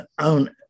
own